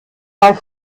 bei